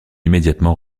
immédiatement